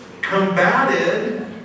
combated